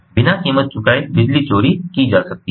बिना कीमत चुकाए बिजली चोरी की जा सकती है